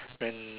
when